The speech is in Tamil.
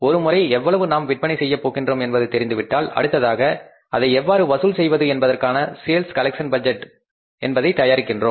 ஒரு முறை எவ்வளவு நாம் விற்பனை செய்யப் போகின்றோம் என்பது தெரிந்துவிட்டால் அடுத்ததாக அதை எவ்வாறு வசூல் செய்வது என்பதற்கான சேல்ஸ் கலெக்சன் பட்ஜெட்டை தயாரிக்கிறோம்